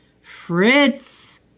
Fritz